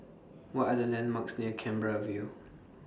What Are The landmarks near Canberra View